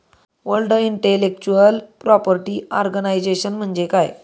World Intellectual Property Organisation म्हणजे काय?